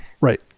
Right